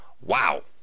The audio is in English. wow